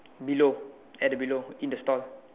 below at the below in the store